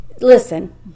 Listen